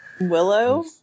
Willow